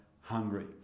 hungry